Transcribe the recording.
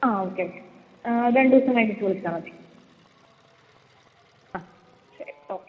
ആ okay okay രണ്ടു ദിവസം കഴിഞ്ഞിട്ട് വിളിച്ചാൽ മതി ആ ശരി ഓക്കേ